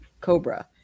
cobra